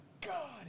God